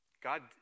God